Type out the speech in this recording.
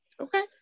Okay